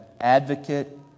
advocate